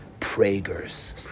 Prager's